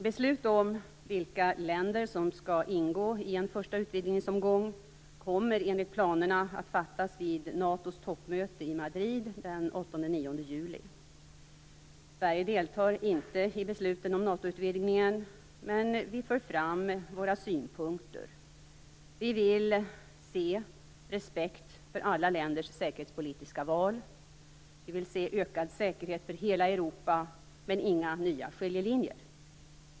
Beslut om vilka länder som skall ingå i en första utvidgningsomgång kommer enligt planerna att fattas vid NATO:s toppmöte i Madrid den 8-9 juli. Sverige deltar inte i besluten om NATO-utvidgningen, men vi för fram våra synpunkter. Vi vill se - respekt för alla länders säkerhetspolitiska val, - ökad säkerhet för hela Europa, - inga nya skiljelinjer.